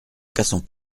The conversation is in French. cassons